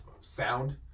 sound